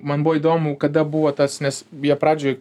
man buvo įdomu kada buvo tas nes jie pradžioj